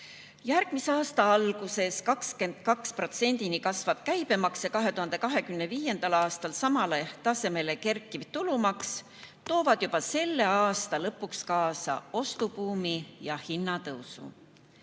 Järgmise aasta alguses 22%-ni kasvav käibemaks ja 2025. aastal samale tasemele kerkiv tulumaks toovad juba selle aasta lõpuks kaasa ostubuumi ja hinnatõusu.